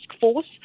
force